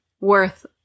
Worth